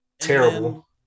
terrible